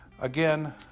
again